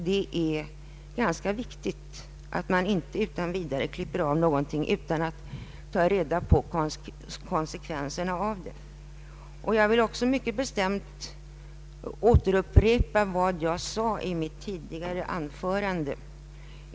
Det är viktigt att man inte tvärt klipper av någonting utan att veta konsekvenserna. Jag vill också mycket bestämt vidhålla vad jag sade i ett tidigare anförande.